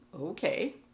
okay